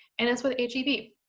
and it's with h e b.